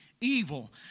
evil